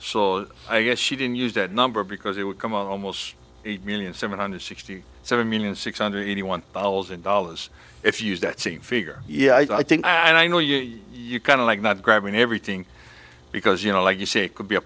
so i guess she didn't use that number because it would come almost eight million seven hundred sixty seven million six hundred eighty one thousand dollars if you use that same figure yeah i think i know you you kind of like not grabbing everything because you know like you say could be a